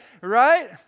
right